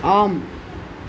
ஆம்